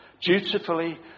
Dutifully